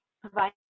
provide